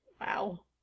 Wow